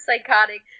psychotic